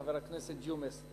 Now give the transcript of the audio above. חבר הכנסת ג'ומס.